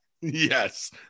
Yes